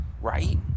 right